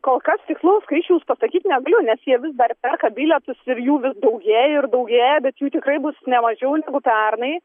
kol kas tikslaus skaičiaus pasakyt negaliu nes jie vis dar perka bilietus ir jų vis daugėja ir daugėja bet jų tikrai bus ne mažiau negu pernai